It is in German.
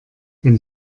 wenn